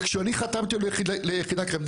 וכשאני חתמתי לו ליחידה קרבית.